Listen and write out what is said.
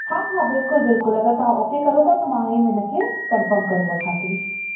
हा हा बिल्कुलु बिल्कुलु अगरि तव्हांखे ओके करो था मां हाणे ई इनखे कंफ़र्म करे रखां थी